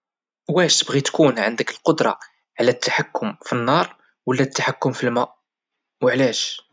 واش تبغي تكون عندك القدرة على التحكم في النار ولى التحكم فالما وعلاش؟